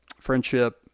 friendship